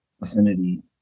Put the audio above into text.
affinity